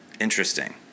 Interesting